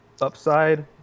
upside